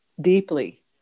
deeply